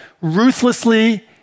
ruthlessly